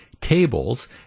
tables